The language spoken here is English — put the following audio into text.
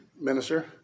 minister